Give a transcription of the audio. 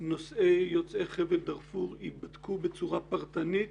יוצאי חבל דרפור ייבדקו בצורה פרטנית